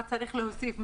מה צריך להוסיף,